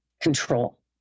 control